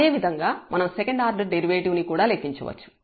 అదేవిధంగా మనం second order derivative ని కూడా లెక్కించవచ్చు